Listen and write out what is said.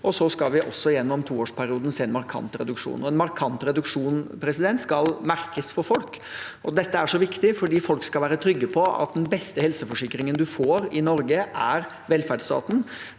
Så skal vi også gjennom toårsperioden se en markant reduksjon, og en markant reduksjon skal merkes for folk. Dette er så viktig, for folk skal være trygge på at den beste helseforsikringen du får i Norge, er velferdsstaten.